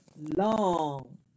long